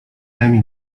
emil